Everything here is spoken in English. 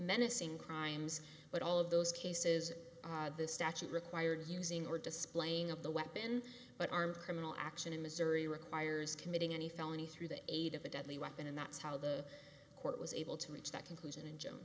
menacing crimes but all of those cases the statute requires using or displaying of the weapon but armed criminal action in missouri requires committing any felony through the aid of a deadly weapon and that's how the court was able to reach that conclusion and jo